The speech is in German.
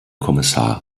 kommissar